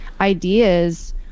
ideas